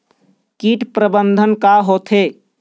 कीट प्रबंधन का होथे?